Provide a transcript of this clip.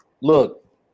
look